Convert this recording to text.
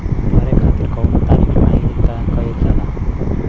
भरे खातिर कउनो तारीख नाही तय कईल जाला